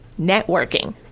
networking